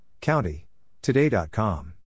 County.today.com